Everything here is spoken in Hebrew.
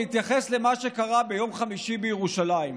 להתייחס למה שקרה ביום חמישי בירושלים.